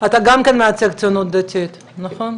אתה גם כן מייצג את הציונות הדתית, נכון?